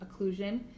occlusion